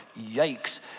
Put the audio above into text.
yikes